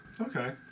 okay